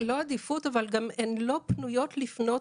זו לא עדיפות אבל גם הן לא פנויות לפנות